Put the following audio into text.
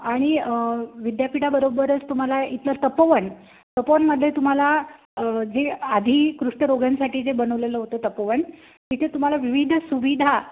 आणि विद्यापीठाबरोबरच तुम्हाला इतर तपोवन तपोवनमध्ये तुम्हाला जे आधी कुष्ठरोग्यांसाठी जे बनवलेलं होतं तपोवन तिथे तुम्हाला विविध सुविधा